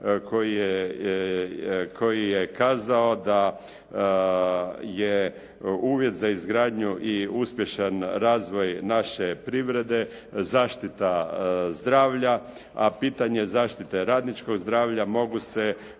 koji je kazao da je uvjet za izgradnju i uspješan razvoj naše privrede zaštita zdravlja, a pitanje zaštite radničkog zdravlja mogu se uspješno